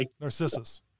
Narcissus